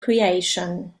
creation